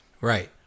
Right